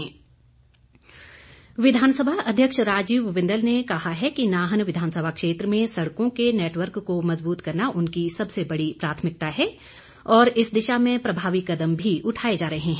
बिंदल विधानसभा अध्यक्ष राजीव बिंदल ने कहा है कि नाहन विधानसभा क्षेत्र में सड़कों के नेटवर्क को मजबूत करना उनकी सबसे बड़ी प्राथमिकता है और इस दिशा में प्रभावी कदम भी उठाए जा रहे हैं